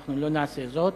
ואנחנו לא נעשה זאת,